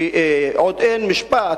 כשעוד אין משפט,